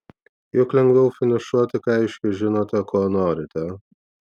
juk lengviau finišuoti kai aiškiai žinote ko norite